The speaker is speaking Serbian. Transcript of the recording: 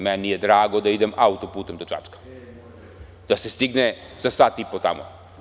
Meni je drago da idem autoputem do Čačka, da se stigne za sat i po tamo.